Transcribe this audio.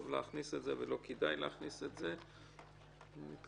להכניס את זה ולא כדאי להכניס את זה.